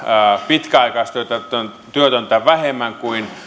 pitkäaikaistyötöntä vähemmän kuin